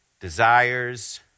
desires